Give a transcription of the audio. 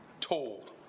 told